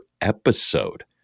episode